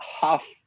half